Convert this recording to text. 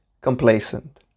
complacent